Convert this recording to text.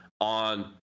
on